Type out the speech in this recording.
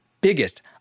biggest